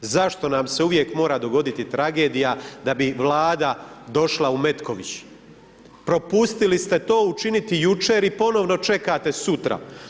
Zašto nam se uvijek mora dogoditi tragedija da bi Vlada došla u Metković, propustili ste to učiniti jučer i ponovno čekate sutra.